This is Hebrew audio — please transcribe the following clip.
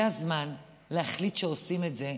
זה הזמן להחליט שעושים את זה,